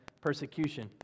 persecution